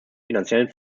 finanziellen